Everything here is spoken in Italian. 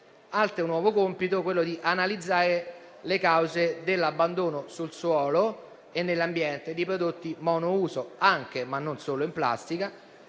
Altro nuovo compito è quello di analizzare le cause dell'abbandono sul suolo e nell'ambiente di prodotti monouso, anche, ma non solo, in plastica